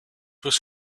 was